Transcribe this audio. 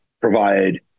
provide